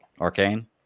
Arcane